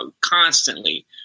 constantly